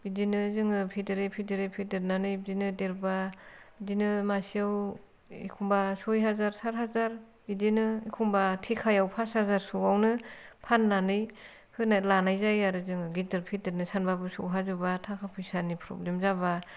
बिदिनो जोङो फेदेरै फेदेरै फेदेरनानै बिदिनो देरब्ला बिदिनो मासेयाव एखमब्ला सय हाजार सात हाजार बिदिनो एखमब्ला थेखायाव पास हाजारसोआवनो फाननानै होना लानाय जायो आरो जोङो गेदेर फेदेरनो सानब्लाबो सौहाजोबा थाखा फैसानि प्रब्लेम जाब्ला